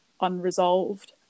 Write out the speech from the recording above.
unresolved